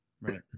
Right